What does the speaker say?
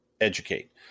educate